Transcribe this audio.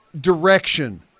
direction